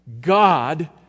God